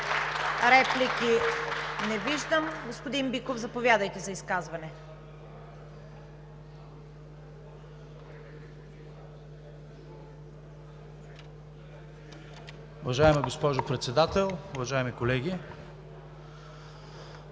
Реплики? Не виждам. Господин Биков, заповядайте за изказване.